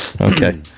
Okay